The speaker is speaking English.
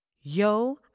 Yo